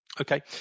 okay